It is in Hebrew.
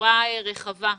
בצורה רחבה,